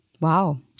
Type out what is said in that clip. Wow